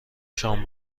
شام